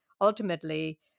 ultimately